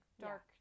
dark